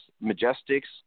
Majestic's